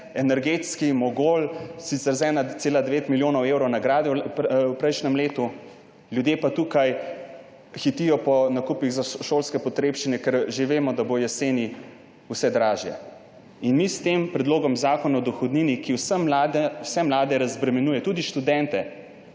energetski mogul, sicer z 1,9 milijonov evrov nagrade v prejšnjem letu, ljudje pa tukaj hitijo po nakupih za šolske potrebščine, ker že vemo, da bo v jeseni vse dražje. Mi s tem predlogom Zakona o dohodnini, ki vse mlade razbremenjuje, tudi študente.